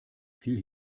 viel